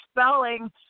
spelling